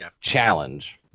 challenge